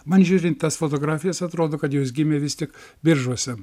man žiūrint tas fotografijas atrodo kad jos gimė vis tik biržuose